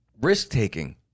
risk-taking